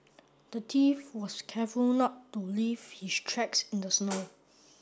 the thief was careful not to leave his tracks in the snow